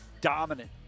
dominant